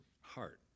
heart